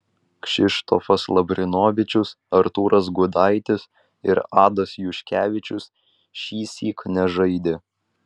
kšištofas lavrinovičius artūras gudaitis ir adas juškevičius šįsyk nežaidė